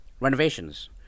renovations